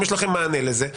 אם יש לכם מענה לזה,